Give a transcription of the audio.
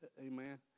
amen